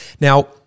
Now